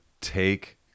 take